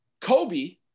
Kobe